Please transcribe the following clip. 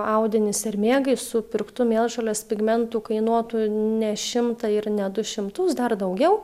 audinį sermėgai su pirktu mėlžolės pigmentu kainuotų ne šimtą ir ne du šimtus dar daugiau